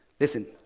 Listen